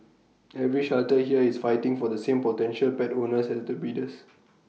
every shelter here is fighting for the same potential pet owners as the breeders